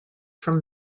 from